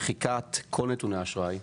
מחיקת כל נתוני האשראי,